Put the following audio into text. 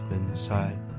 inside